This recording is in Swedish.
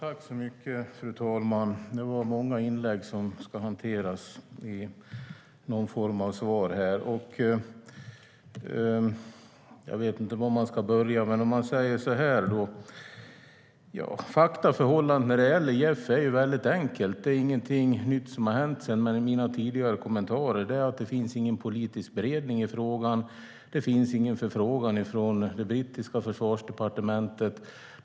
Fru talman! Det var många inlägg som ska hanteras i någon form av svar. Jag vet inte var jag ska börja, men jag kan säga så här: Faktaförhållandet när det gäller JEF är väldigt enkelt. Det är ingenting nytt som har hänt sedan mina tidigare kommentarer. Det finns ingen politisk beredning i frågan. Det finns ingen förfrågan från det brittiska försvarsdepartementet.